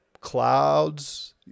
clouds